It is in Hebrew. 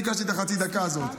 ביקשתי את חצי הדקה הזאת: